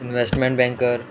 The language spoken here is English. investment banker